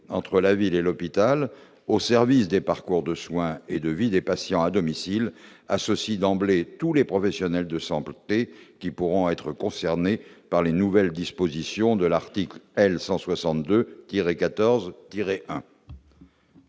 entre la ville et l'hôpital au service des parcours de soins et de vie des patients à domicile associe d'emblée tous les professionnels de s'emporter, qui pourront être concernés par les nouvelles dispositions de l'article L 162 14